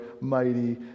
mighty